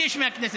שליש מהכנסת.